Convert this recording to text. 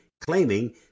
claiming